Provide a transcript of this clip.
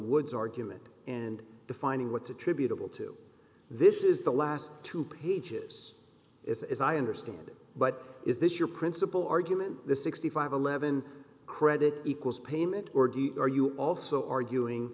woods argument and defining what's attributable to this is the last two pages is as i understand it but is this your principal argument the sixty five eleven credit equals payment or are you also arguing